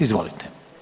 Izvolite.